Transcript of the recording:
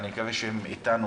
אני מקווה שהם אתנו,